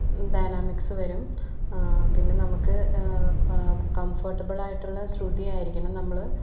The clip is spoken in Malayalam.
ഡൈനാമിക്സ് വരും ആ പിന്നെ നമുക്ക് കംഫോർട്ടബളായിട്ടുള്ള സ്രുതിയായിരിക്കണം നമ്മള്